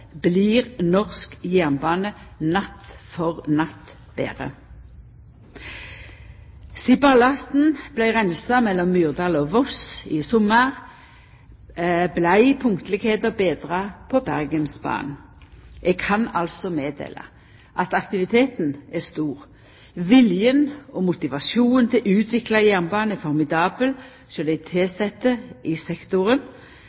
blir norsk jernbane natt for natt betre. Sidan ballasten vart reinska mellom Myrdal og Voss i sommar, vart punktlegheita betra på Bergensbanen. Eg kan altså meddela at aktiviteten er stor. Viljen og motivasjonen til å utvikla jernbanen er formidabel